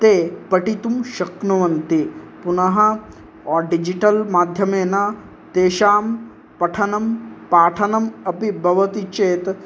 ते पठितुं शक्नुवन्ति पुनः डिजिटल् माध्यमेन तेषां पठनं पाठनम् अपि भवति चेत्